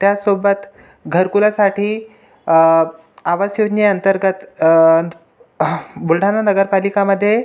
त्याचसोबत घरकुलासाठी आवास योजनेअंतर्गत बुलढाणा नगरपालिकेमध्ये